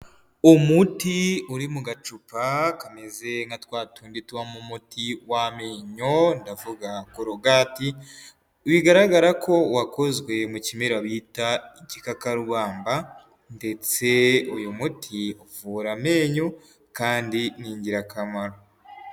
Umuti uri mu gacupa kameze nka twa tundi tubamo umuti w'amenyo ndavuga korogati. Bigaragara ko wakozwe mu kimera bita gikakarubamba, ndetse uyu muti uvura amenyo kandi n'ingirakamaro.